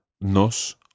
nos